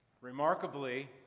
remarkably